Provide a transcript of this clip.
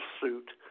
suit